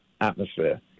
atmosphere